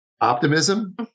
Optimism